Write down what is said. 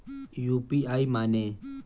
UPI माने?